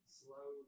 slow